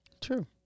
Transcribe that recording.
True